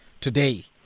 today